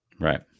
Right